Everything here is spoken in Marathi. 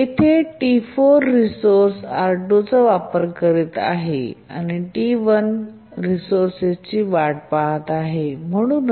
येथे T4 रिसोअर्स R2 चा वापर करीत आहे आणि T1रिसोर्सची वाट पाहत आहे म्हणून